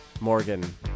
Morgan